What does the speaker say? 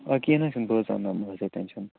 کیٚنٛہہ نَہ حظ چھُنہٕ بہٕ حظ اَںٛناو مہ حظ ہیٚیُو ٹٮ۪نشن